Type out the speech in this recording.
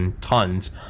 tons